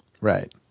right